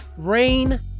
rain